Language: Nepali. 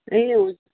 ए हुन्